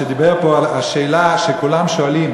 שדיבר פה על השאלה שכולם שואלים: